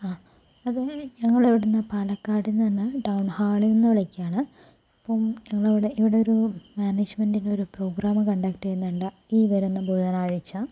ആ അതെ ഞങ്ങളിവിടെ നിന്ന് പാലക്കാട് നിന്ന് ടൗൺ ഹാളിൽ നിന്ന് വിളിക്കുകയാണ് ഇപ്പോൾ ഞങ്ങളവിടെ ഇവിടെ ഒരു മാനേജ്മെന്റിൻ്റെ ഒരു പ്രോഗ്രാം കണ്ടക്ട് ചെയ്യുന്നുണ്ട് ഈ വരുന്ന ബുധനാഴ്ച